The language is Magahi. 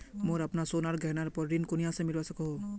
मोक अपना सोनार गहनार पोर ऋण कुनियाँ से मिलवा सको हो?